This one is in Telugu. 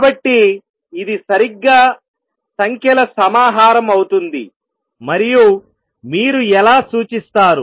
కాబట్టి ఇది సరిగ్గా సంఖ్యల సమాహారం అవుతుంది మరియు మీరు ఎలా సూచిస్తారు